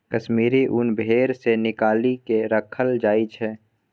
कश्मीरी ऊन भेड़ सँ निकालि केँ राखल जाइ छै